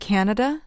Canada